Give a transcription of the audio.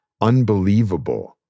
unbelievable